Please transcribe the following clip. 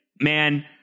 man